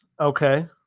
Okay